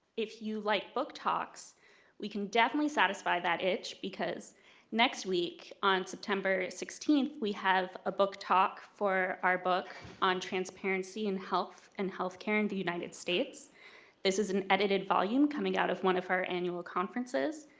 if you like book talks we can definitely satisfy that itch because next week, on september sixteenth, we have a book talk for our book on transparency and health and health care in the united states this is an edited volume coming out of one of our annual conferences.